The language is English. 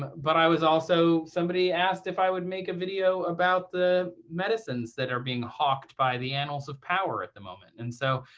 but i was also somebody asked if i would make a video about the medicines that are being hawked by the annals of power at the moment. and so